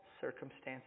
circumstances